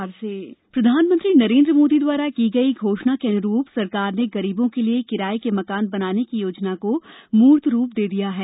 cabinet निर्णय प्रधानमंत्री नरेन्द्र मोदी द्वारा की गई घोषणा के अनूरूप सरकार ने गरीबों के लिये किराये के मकान बनाने की योजना को मूर्त रूप दे दिया है